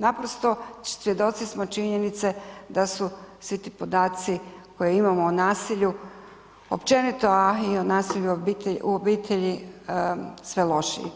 Naprosto svjedoci smo činjenice da su svi ti podaci koje imamo o nasilju općenito, a i o nasilju u obitelji, sve lošiji,